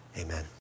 amen